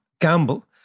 gamble